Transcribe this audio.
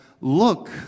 Look